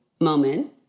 moment